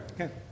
Okay